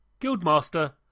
Guildmaster